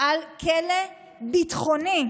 על כלא ביטחוני.